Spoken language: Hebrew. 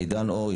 עידן אור,